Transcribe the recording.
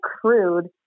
crude